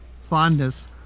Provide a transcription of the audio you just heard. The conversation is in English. fondness